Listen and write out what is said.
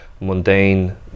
mundane